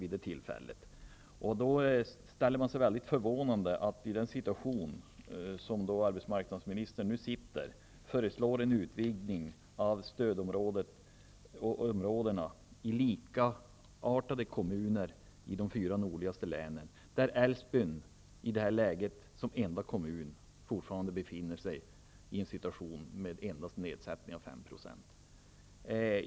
Därför ställer man sig väldigt förvånande till hur arbetsmarknadsministern i den position som han nu har kan föreslå en utvidgning av stödområdena till likartade kommuner i de fyra nordligaste länen, där Älvsbyn som enda kommun fortfarande beviljas en nedsättning med endast fem procentenheter.